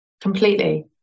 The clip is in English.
Completely